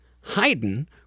Haydn